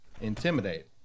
Intimidate